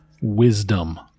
wisdom